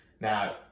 Now